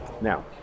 Now